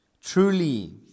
Truly